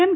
એમ